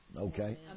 Okay